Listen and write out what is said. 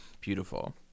beautiful